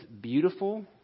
beautiful